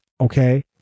Okay